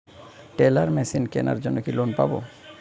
Teller machine কেনার জন্য কি লোন পাব?